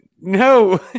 No